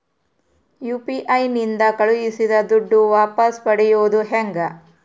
UPI ನಿಂದ ಕಳುಹಿಸಿದ ದುಡ್ಡು ವಾಪಸ್ ಪಡೆಯೋದು ಹೆಂಗ?